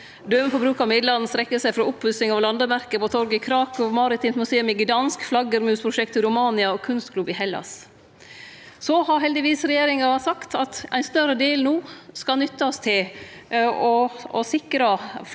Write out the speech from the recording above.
Døme på bruk av midlane strekkjer seg frå oppussing av landemerke på torget i Krakow, maritimt museum i Gdansk, flaggermusprosjekt i Romania og kunstklubb i Hellas. Så har heldigvis regjeringa sagt at ein større del no skal nyttast til å sikre flyktningar